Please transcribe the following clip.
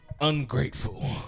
ungrateful